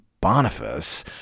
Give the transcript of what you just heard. boniface